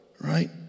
right